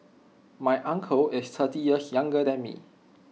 my uncle is thirty years younger than me